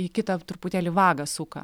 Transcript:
į kitą truputėlį vagą suka